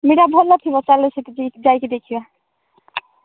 ମିଠା ଭଲ ଥିବ ଚାଲ ସେଠି ଯାଇକି ଦେଖିବା